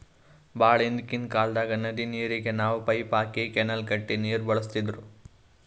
ಭಾಳ್ ಹಿಂದ್ಕಿನ್ ಕಾಲ್ದಾಗ್ ನದಿ ನೀರಿಗ್ ನಾವ್ ಪೈಪ್ ಹಾಕಿ ಕೆನಾಲ್ ಕಟ್ಟಿ ನೀರ್ ಬಳಸ್ತಿದ್ರು